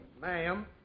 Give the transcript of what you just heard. ma'am